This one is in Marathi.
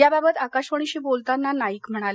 याबाबत आकाशवाणीशी बोलताना नाईक म्हणाल